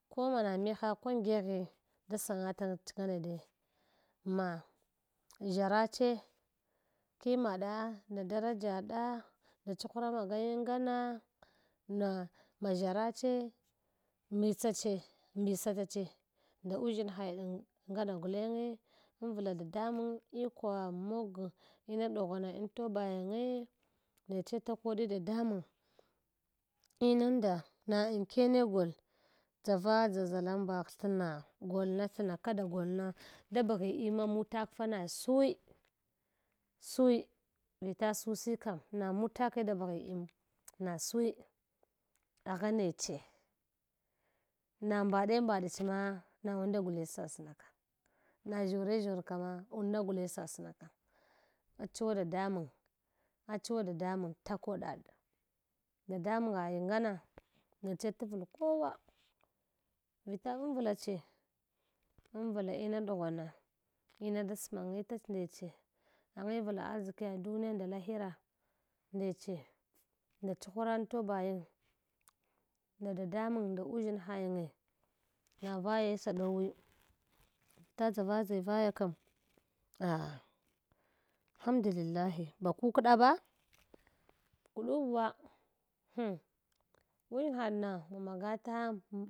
Ko mana mihah kwandqeghe da sangatach ngama dai ma ʒsharach kimaɗa nda daraɗa nda chuhura magayang ngama na ma ʒshara che mithsa che mbitsatache nda uʒshinha yang ngama gulenge invla dadanyang ngama gulenge invla dadamang ikowa mogo ina ɗughwana an toba yinge neche takodi dadamang inunda na arik ene gol dʒavadʒa ʒalambagh thna golna thina kada golna da bagh ina mudakfa na sui sui vita susi kam na mutake da baghi un na sui agha neche na mbaɗe mbaɗch ma na unda gule sasnaka na ʒshore ʒshor ka ma na und gule sasnaka achuwa dadamang sasnaka achuwa dadamang achuwa dadamang tahopaɗ dadamangayang ngoma neche tawl kowa vita vanva che amvla ina dughwana ina da spangitach ndeche awivla ardʒkiya duniya nda lahira ndeche nda ch’huna ntobayang nda dadamang nda uʒshinhayinge navaye sa ɗave vila dʒavadʒi vaya kam ah alhamdulillahi kukda ba kdubuwa uhaɗna ma magata.